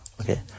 Okay